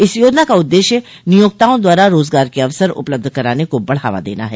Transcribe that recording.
इस योजना का उद्देश्य नियोक्ताओं द्वारा रोजगार के अवसर उपलब्ध कराने को बढ़ावा देना है